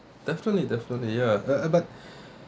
definitely definitely ya uh but